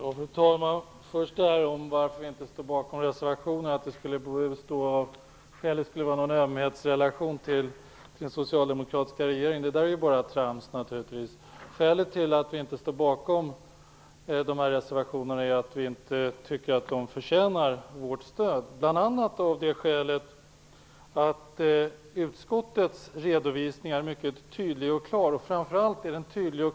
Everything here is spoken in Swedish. Fru talman! Först till detta med skälet till att vi inte stöder reservationerna. Att skälet skulle vara en sorts ömhetsrelation till den socialdemokratiska regeringen är naturligtvis bara trams. Skälet till att vi inte stöder reservationerna är att vi tycker att de inte förtjänar vårt stöd, bl.a. därför att utskottets redovisning är mycket tydlig och klar. Den är också stabil.